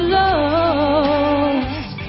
lost